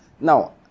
now